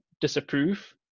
disapprove